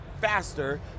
faster